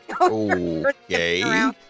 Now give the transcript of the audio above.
Okay